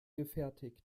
gefertigt